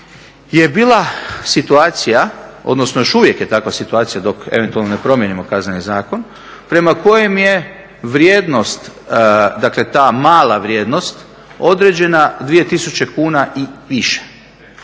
je bila situacija, odnosno još uvijek je takva situacija dok eventualno ne promijenimo Kazneni zakon, prema kojem je vrijednost, dakle ta mala vrijednost određena 2000 kuna i više.